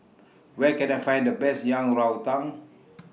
Where Can I Find The Best Yang Rou Tang